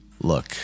Look